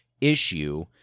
issue